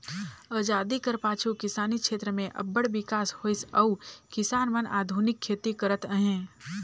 अजादी कर पाछू किसानी छेत्र में अब्बड़ बिकास होइस अउ किसान मन आधुनिक खेती करत अहें